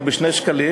או ב-2 שקלים,